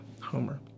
Homer